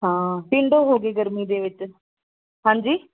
ਹਾਂ ਟਿੰਡੇ ਹੋ ਗਏ ਗਰਮੀ ਦੇ ਵਿੱਚ ਹਾਂਜੀ